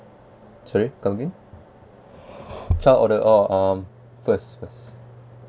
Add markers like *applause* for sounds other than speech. sorry come again *breath* child order oh um first first